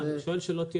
לא,